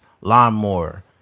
lawnmower